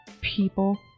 people